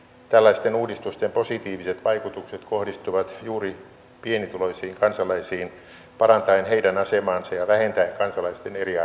tällaisten uudistusten positiiviset vaikutukset kohdistuvat juuri pienituloisiin kansalaisiin parantaen heidän asemaansa ja vähentäen kansalaisten eriarvoisuutta